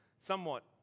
Somewhat